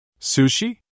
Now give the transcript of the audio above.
Sushi